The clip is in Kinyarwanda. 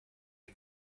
nta